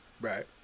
right